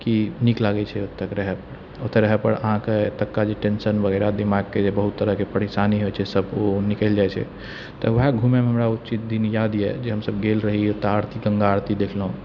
कि नीक लागै छै ओतऽ रहै ओतऽ रहै पर अहाँके एतौका जे टेन्शन वगैरह दिमागके जे बहुत तरहके परेशानी होइ छै सब ओ निकलि जाइ छै तऽ वएह घुमैमे हमरा ओ दिन याद अइ जे हमसब गेल रही ओतऽ आरती गङ्गा आरती देखलहुँ